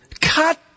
Cut